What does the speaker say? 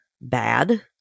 bad